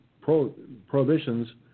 prohibitions